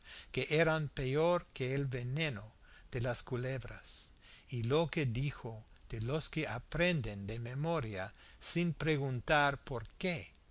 que eran peor que el veneno de las culebras y lo que dijo de los que aprenden de memoria sin preguntar por qué